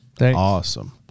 awesome